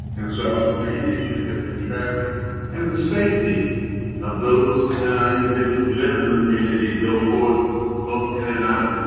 and so main issues have been traffic and the safety of those individuals who live in the community go forth both in and out.